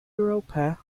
europa